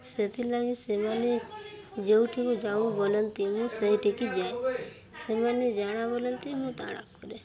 ସେଥିଲାଗି ସେମାନେ ଯେଉଁଠିକୁ ଯାଉ ବୋଲନ୍ତି ମୁଁ ସେଇଠିକି ଯାଏ ସେମାନେ ଜାଣା ବୋଲନ୍ତି ମୁଁ ତାଣା କରେ